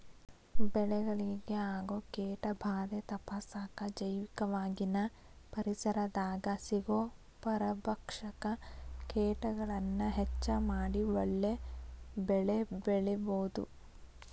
ಬೆಳೆಗಳಿಗೆ ಆಗೋ ಕೇಟಭಾದೆ ತಪ್ಪಸಾಕ ಜೈವಿಕವಾಗಿನ ಪರಿಸರದಾಗ ಸಿಗೋ ಪರಭಕ್ಷಕ ಕೇಟಗಳನ್ನ ಹೆಚ್ಚ ಮಾಡಿ ಒಳ್ಳೆ ಬೆಳೆಬೆಳಿಬೊದು